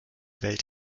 welt